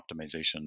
optimization